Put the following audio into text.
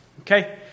okay